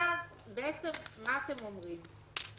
והחשדות שנגדו וכמובן שאם הוא סבור שלא